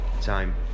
time